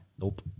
Nope